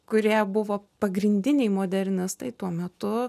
kurie buvo pagrindiniai modernistai tuo metu